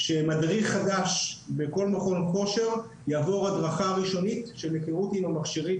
שמדריך חדש בכל מכון כושר יעבור הדרכה ראשונית של היכרות עם המכשירים,